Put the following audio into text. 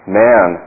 man